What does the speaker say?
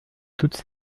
toutes